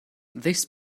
this